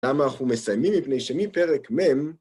למה אנחנו מסיימים מפני שמפרק מ"ם?